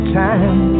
time